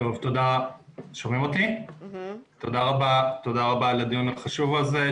תודה רבה על הדיון החשוב הזה,